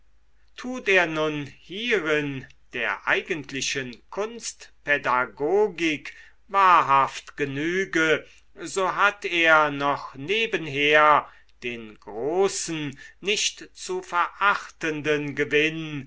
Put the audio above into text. tut er nun hierin der eigentlichen kunstpädagogik wahrhaft genüge so hat er noch nebenher den großen nicht zu verachtenden gewinn